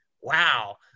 Wow